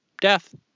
death